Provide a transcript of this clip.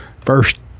first